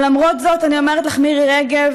אבל למרות זאת, אני אומרת לך, מירי רגב,